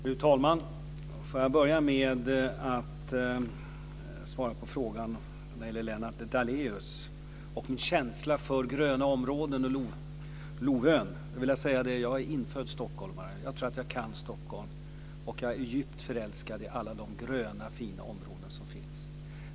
Fru talman! Får jag börja med att svara på Lennart Daléus fråga om min känsla för gröna områden och Lovön. Jag är infödd stockholmare. Jag kan Stockholm, och jag är djupt förälskad i alla de gröna fina områden som finns här.